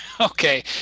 Okay